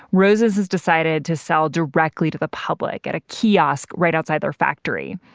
roses has decided to sell directly to the public at a kiosk right outside their factory.